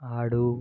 ఆడు